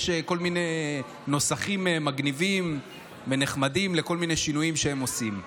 יש כל מיני נוסחים מגניבים ונחמדים לכל מיני שינויים שהם עושים.